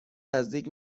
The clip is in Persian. نزدیک